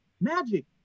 magic